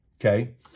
okay